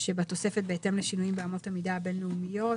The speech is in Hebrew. שבתוספת בהתאם לשינויים באמות המידה הבין-לאומיות".